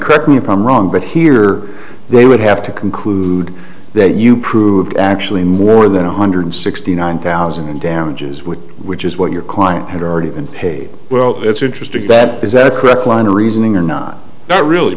correct me if i'm wrong but here they would have to conclude that you proved actually more than one hundred sixty nine thousand damages which which is what your client had already paid well it's interesting that is that correct line of reasoning or not that really